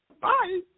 Bye